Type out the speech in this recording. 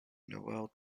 noel